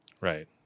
Right